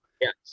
Yes